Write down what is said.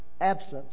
absence